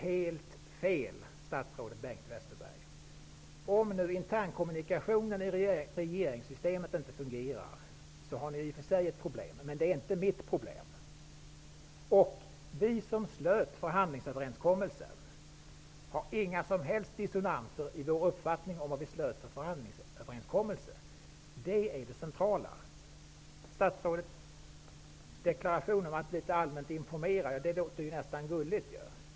Helt fel, statsrådet Bengt Westerberg! Om nu internkommunikationerna i regeringssystemet inte fungerar, är det i och för sig ett problem. Men det är inte mitt problem. Vi som deltog i förhandlingarna har inga som helst dissonanser i vår uppfattning om innehållet i förhandlingsöverenskommelsen. Det är det centrala. Statsrådets deklaration om att litet allmänt informera låter nästan gulligt.